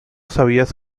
sabías